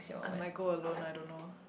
I might go alone I don't know